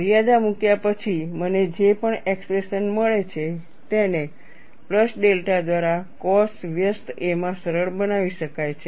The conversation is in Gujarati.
મર્યાદા મૂક્યા પછી મને જે પણ એક્સપ્રેશન મળે છે તેને પ્લસ ડેલ્ટા દ્વારા cos વ્યસ્ત a માં સરળ બનાવી શકાય છે